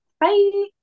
Bye